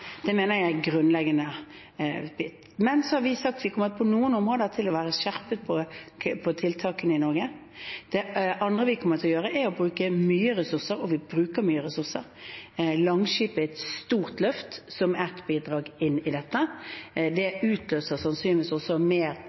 Det mener jeg er grunnleggende. Men vi kommer på noen områder til å være skjerpet på tiltakene i Norge. Det andre vi kommer til å gjøre, er å bruke mye ressurser – og vi bruker mye ressurser. Langskip er et stort løft som ett bidrag i dette. Det utløser sannsynligvis også mer